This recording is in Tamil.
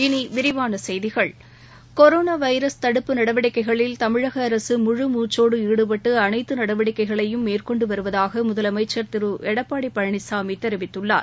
இனி விரிவான செய்திகள் கொரோனா வைரஸ் தடுப்பு நடவடிக்கைகளில் தமிழக அரசு முழு மூச்சோடு ஈடுபட்டு அனைத்து நடவடிக்கைகளையும் மேற்கொண்டு வருவதாக முதலமைச்சர் திரு எடப்பாடி பழனிசாமி தெரிவித்துள்ளார்